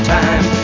time